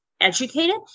educated